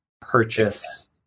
purchase